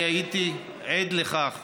אני הייתי עד לכך,